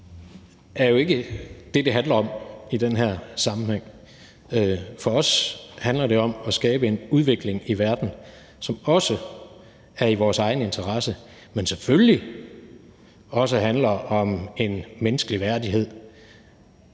det er jo ikke det, det handler om i den her sammenhæng. For os handler det om at skabe en udvikling i verden, som også er i vores egen interesse, men selvfølgelig også handler om en menneskelig værdighed